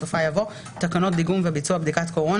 בסופה יבוא: ""תקנות דיגום וביצוע בדיקת קורונה"